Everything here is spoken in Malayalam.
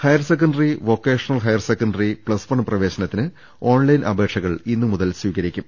higher secondary vocational higher secondary plus one പ്രവേശനത്തിന് ഓൺലൈൻ അപേക്ഷകൾ ഇന്നുമുതൽ സ്വീകരിക്കും